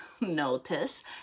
notice